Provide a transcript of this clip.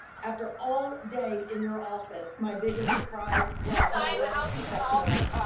after all day in your office, my biggest surprise was, and i wasn't expecting it,